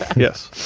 yes.